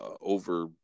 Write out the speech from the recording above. over